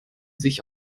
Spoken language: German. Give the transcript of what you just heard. sich